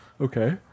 Okay